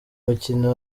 mukino